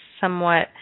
somewhat